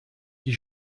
die